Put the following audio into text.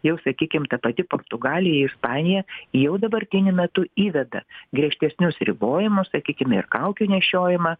jau sakykim ta pati portugalija ispanija jau dabartiniu metu įveda griežtesnius ribojimus sakykim ir kaukių nešiojimą